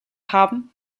haben